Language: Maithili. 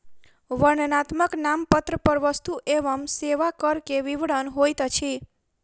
वर्णनात्मक नामपत्र पर वस्तु एवं सेवा कर के विवरण होइत अछि